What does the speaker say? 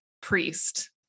priest